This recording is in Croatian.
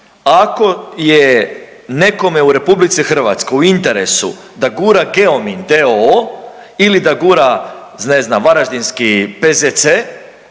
ako je nekome u RH u interesu da gura Geomin d.o.o. ili da gura ne znam Varaždinski PZC,